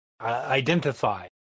identify